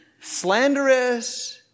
slanderous